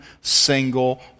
single